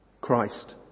Christ